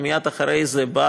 כי מייד אחרי זה בא